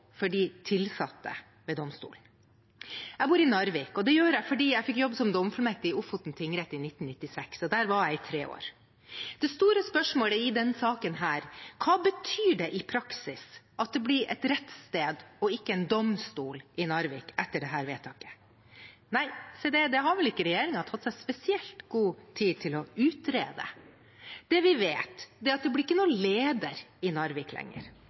for de tilsatte ved domstolen. Jeg bor i Narvik, og det gjør jeg fordi jeg fikk jobb som dommerfullmektig i Ofoten tingrett i 1996. Der var jeg i tre år. Det store spørsmålet i denne saken er: Hva betyr det i praksis at det blir et rettssted og ikke en domstol i Narvik etter dette vedtaket? Nei, si det – det har vel ikke regjeringen tatt seg spesielt god tid til å utrede. Det vi vet, er at det ikke blir noen leder i Narvik lenger.